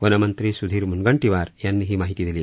वनमंत्री सुधीर म्नगंटीवार यांनी ही माहिती दिली